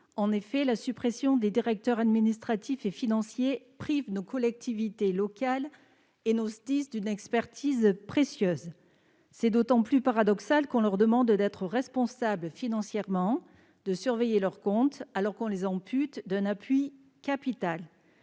une fonction reconnue par les SDIS. En effet, elle va priver nos collectivités locales et nos SDIS d'une expertise précieuse. C'est d'autant plus paradoxal qu'on leur demande d'être responsables financièrement, de surveiller leurs comptes, alors qu'on les ampute d'un appui capital.